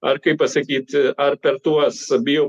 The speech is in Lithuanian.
ar kaip pasakyt ar per tuos abiejų